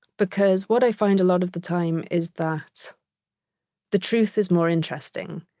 because what i find a lot of the time is that the truth is more interesting.